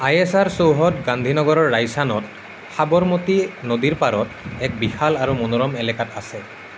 আই S R চৌহদ গান্ধীনগৰৰ ৰাইচানত সাবৰমতী নদীৰ পাৰত এক বিশাল আৰু মনোৰম এলেকাত আছে